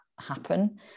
happen